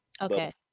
Okay